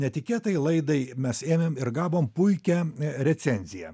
netikėtai laidai mes ėmėm ir gavom puikią recenziją